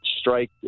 strike